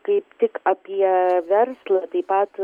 kaip tik apie verslą taip pat